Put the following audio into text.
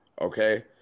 okay